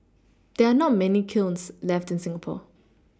there are not many kilns left in Singapore